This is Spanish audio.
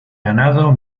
ganado